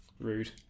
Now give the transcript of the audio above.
Rude